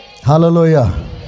Hallelujah